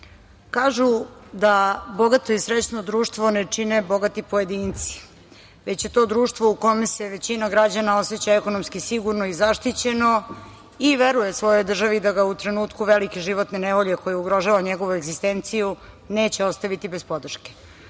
kažu da bogato i srećno društvo ne čine bogati pojedinci, već je to društvo u kome se većina građana oseća ekonomski sigurno i zaštićeno i veruje svojoj državi da ga u trenutku velike životne nevolje koja ugrožava njegovu egzistenciju neće ostaviti bez podrške.